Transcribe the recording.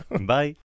Bye